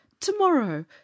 Tomorrow